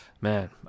Man